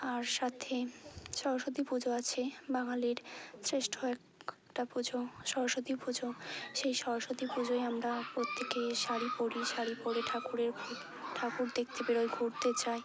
আর সাথে সরস্বতী পুজো আছে বাঙালীর শ্রেষ্ঠ একটা পুজো সরস্বতী পুজো সেই সরস্বতী পুজোয় আমরা প্রত্যেকে শাড়ি পরি শাড়ি পরে ঠাকুরের ঠাকুর দেখতে বেরোই ঘুরতে যাই